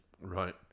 Right